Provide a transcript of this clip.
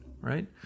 right